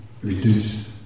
reduce